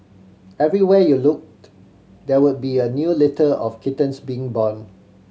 everywhere you looked there would be a new litter of kittens being born